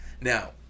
Now